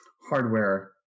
hardware